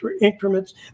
increments